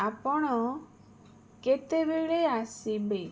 ଆପଣ କେତେବେଳେ ଆସିବେ